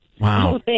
Wow